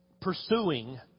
pursuing